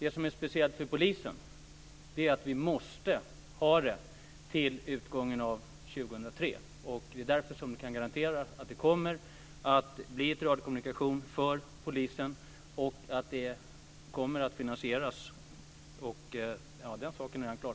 Det som är speciellt för polisen är att vi måste ha detta till utgången av år 2003. Det är därför jag kan garantera att det kommer att bli en radiokommunikation för polisen och att detta kommer att finansieras. Den saken är redan klar.